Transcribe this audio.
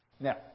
Now